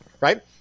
right